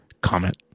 comment